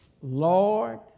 Lord